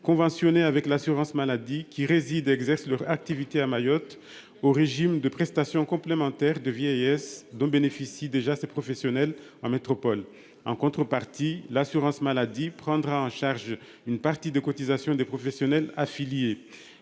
conventionnés avec l'assurance maladie qui résident et exercent leur activité à Mayotte aux régimes de prestations complémentaires de vieillesse dont bénéficient déjà ces professionnels en métropole. En contrepartie, l'assurance maladie prendra en charge une partie des cotisations des professionnels affiliés.